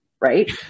right